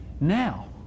Now